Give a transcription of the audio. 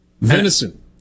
Venison